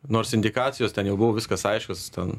nors indikacijos ten jau buvo viskas aišku ten